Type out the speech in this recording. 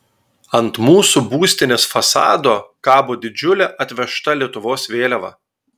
ant mūsų būstinės fasado kabo didžiulė atvežta lietuvos vėliava